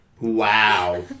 Wow